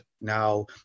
Now